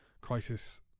crisis